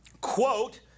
quote